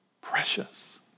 precious